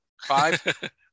Five